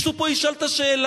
מישהו פה ישאל את השאלה,